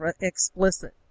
Explicit